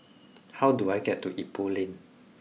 how do I get to Ipoh Lane